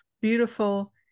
beautiful